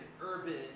urban